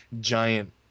giant